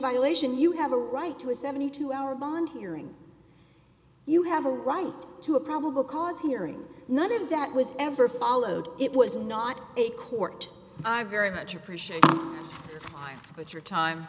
violation you have a right to a seventy two hour bond hearing you have a right to a probable cause hearing none of that was ever followed it was not a court i very much appreciate but your time